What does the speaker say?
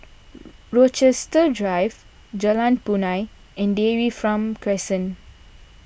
Rochester Drive Jalan Punai and Dairy from Crescent